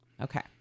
Okay